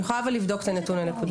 אני יכולה לבדוק את הנתון הנקודתי.